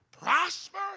prosper